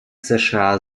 сша